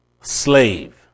slave